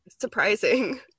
surprising